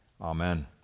Amen